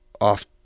off